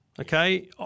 Okay